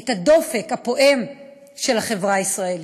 את הדופק הפועם של החברה הישראלית.